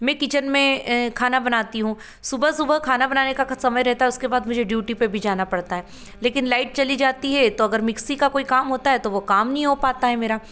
मैं किचेन में खाना बनती हूँ सुबह सुबह खाना बनाने का कछ समय रहता है उसके बाद मुझे ड्यूटी पर भी जाना पड़ता है लेकिन लाइट चली जाती है तो अगर मिक्सी का कोई काम होता है तो वह काम नहीं हो पाता है मेरा